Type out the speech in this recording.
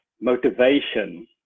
motivation